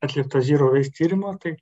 atlikto zero waste tyrimo tai